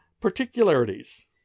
particularities